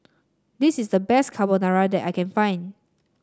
this is the best Carbonara that I can find